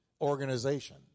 Organization